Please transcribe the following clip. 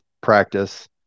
practice